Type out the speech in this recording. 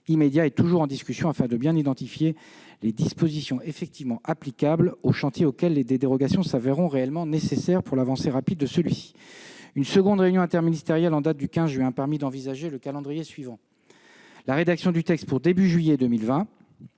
immédiat est toujours en discussion, afin de bien identifier les dispositions effectivement applicables au chantier auxquelles les dérogations seront réellement nécessaires. Une deuxième réunion interministérielle en date du 15 juin a permis d'envisager le calendrier suivant : la rédaction du texte pour début juillet 2020,